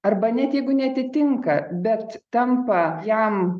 arba net jeigu neatitinka bet tampa jam